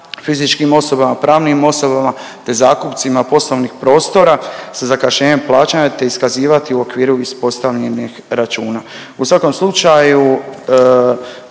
fizičkim osobama, pravnim osobama, te zakupcima poslovnih prostora sa zakašnjenjem plaćanja, te iskazivati u okviru ispostavljenih računa. U svakom slučaju